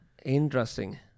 Interesting